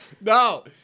No